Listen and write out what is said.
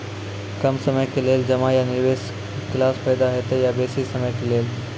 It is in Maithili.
कम समय के लेल जमा या निवेश केलासॅ फायदा हेते या बेसी समय के लेल?